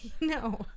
No